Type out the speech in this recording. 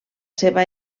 seva